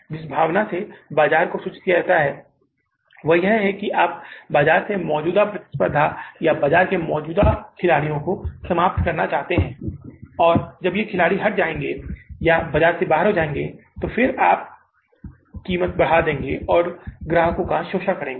जिस भावना से बाजार को सूचित किया जाता है वह यह है कि आप बाजार से मौजूदा प्रतिस्पर्धा या बाजार के मौजूदा खिलाड़ी को समाप्त करना चाहते हैं और जब ये खिलाड़ी हट जायेंगे या बाजार से बाहर हो जाएंगे तो फिर आप कीमत बढ़ा देंगे और ग्राहकों का शोषण करेंगे